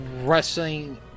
wrestling